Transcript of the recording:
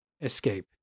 escape